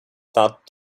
that